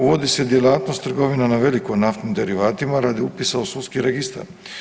Uvodi se djelatnost trgovina na veliko naftnim derivatima radi upisa u sudski registar.